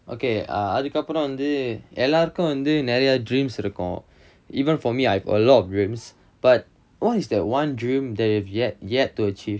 okay ah அதுக்கப்புறம் வந்து எல்லாருக்கும் வந்து நெறைய:athukkappuram vanthu ellarukkum vanthu neraya dreams இருக்கும்:irukkum even for me I have a lot of dreams but what is that one dream that you have yet yet to achieve